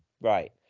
right